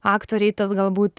aktorei tas galbūt